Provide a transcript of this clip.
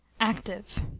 active